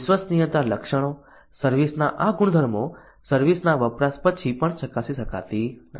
વિશ્વસનીયતા લક્ષણો સર્વિસ ના આ ગુણધર્મો સર્વિસ ના વપરાશ પછી પણ ચકાસી શકાતા નથી